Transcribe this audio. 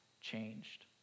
changed